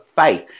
faith